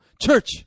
church